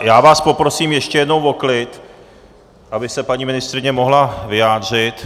Já vás poprosím ještě jednou o klid, aby se paní ministryně mohla vyjádřit!